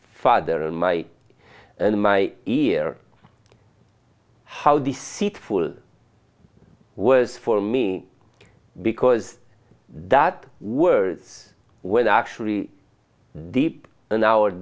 father and my and my ear how deceitful was for me because that words will actually deep in our